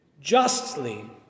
justly